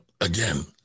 again